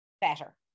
better